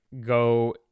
go